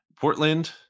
Portland